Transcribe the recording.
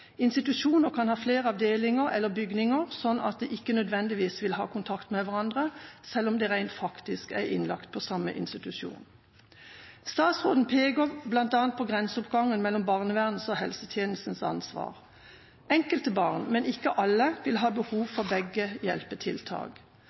Institusjoner kan ha flere avdelinger, eller bygninger, slik at de ikke nødvendigvis vil ha kontakt med hverandre selv om de rent faktisk er innlagt på samme institusjon. Statsråden peker bl.a. på grenseoppgangen mellom barnevernets og helsetjenestens ansvar. Enkelte barn, men ikke alle, vil ha behov